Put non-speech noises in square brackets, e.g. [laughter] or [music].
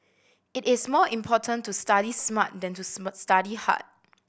it is more important to study smart than to [unintelligible] study hard